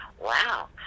wow